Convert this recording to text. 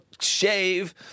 shave